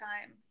time